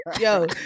Yo